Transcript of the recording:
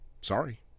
Sorry